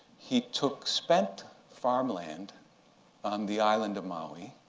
he took spent farmland on the island of maui.